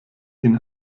ihn